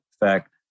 effect